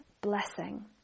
blessing